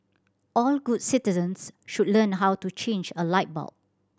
all good citizens should learn how to change a light bulb